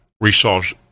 resource